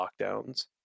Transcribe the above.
lockdowns